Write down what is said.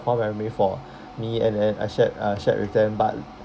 fond memory for me and then I shared I shared with them but